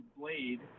blade